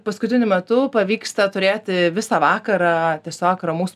paskutiniu metu pavyksta turėti visą vakarą tiesiog ramaus